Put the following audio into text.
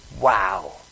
Wow